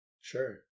Sure